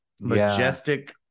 majestic